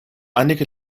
einige